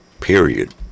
Period